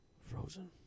Frozen